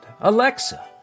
Alexa